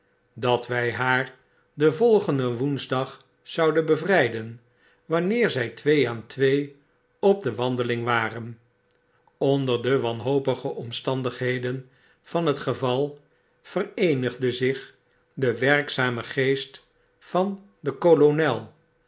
dat wj haar den volgenden woensdag zouden bevryden wanneer zij twee aan twee op de wandeling waren onder de wanhopige omstandigheden van het geval vereenigde zich de werkzame geest van den kolonel